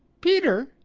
peter,